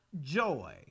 joy